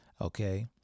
okay